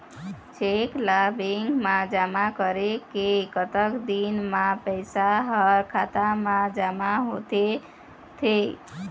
Cheque ला bank मा जमा करे के कतक दिन मा पैसा हा खाता मा जमा होथे थे?